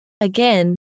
Again